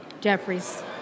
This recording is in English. Jeffries